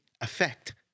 effect